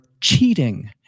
cheating